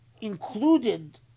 included